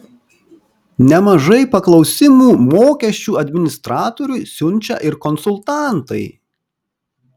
nemažai paklausimų mokesčių administratoriui siunčia ir konsultantai